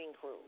crew